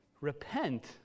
Repent